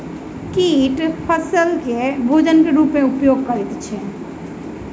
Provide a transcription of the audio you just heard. कीट फसील के भोजन के रूप में उपयोग करैत अछि